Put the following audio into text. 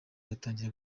batangira